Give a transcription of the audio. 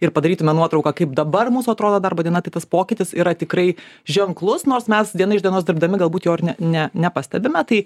ir padarytume nuotrauką kaip dabar mūsų atrodo darbo diena tai tas pokytis yra tikrai ženklus nors mes diena iš dienos dirbdami galbūt ar ne ne nepastebime tai